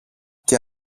και